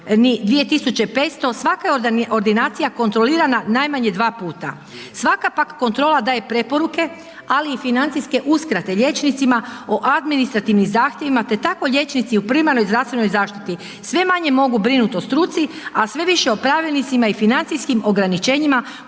svaka je ordinacija kontrolirana najmanje 2x. Svaka pak kontrola daje preporuke ali i financijske uskrate liječnicima o administrativnim zahtjevima te tako liječnici u primarnoj zdravstvenoj zaštiti sve manje mogu brinuti o struci a sve više o pravilnicima i financijskim ograničenjima